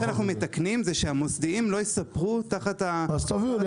מה שאנחנו מתקנים זה שהמוסדיים לא ייספרו תחת ה --- אז תביאו לי,